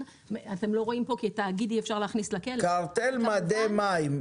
אתם לא רואים פה כי תאגיד אי אפשר להכניס לכלא --- קרטל מדי מים,